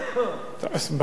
בקואליציה.